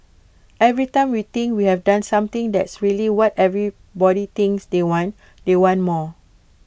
every time we think we've done something that's really what everybody thinks they want they want more